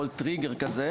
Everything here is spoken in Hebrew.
כל טריגר כזה,